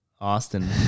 Austin